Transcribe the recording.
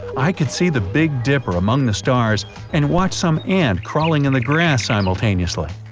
i could see the big dipper among the stars and watch some ant crawling in the grass simultaneously.